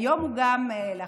היום הוא גם היושב-ראש,